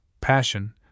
passion